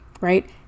right